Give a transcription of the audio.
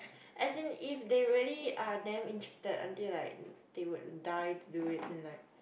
as in if they really are damn interested until like they would die to do it then like